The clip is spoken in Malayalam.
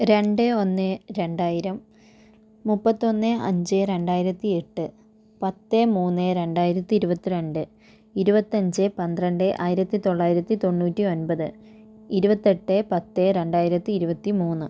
രണ്ട് ഒന്ന് രണ്ടായിരം മുപ്പത്തി ഒന്ന് അഞ്ച് രണ്ടായിരത്തി എട്ട് പത്ത് മൂന്ന് രണ്ടായിരത്തി ഇരുപത്തി രണ്ട് ഇരുപത്തഞ്ച് പന്ത്രണ്ട് ആയിരത്തി തൊള്ളായിരത്തി തൊണ്ണൂറ്റി ഒൻപത് ഇരുപത്തെട്ട് പത്ത് രണ്ടായിരത്തി ഇരുപത്തി മൂന്ന്